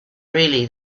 really